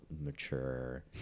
mature